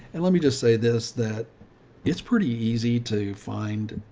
and let me just say this, that it's pretty easy to find,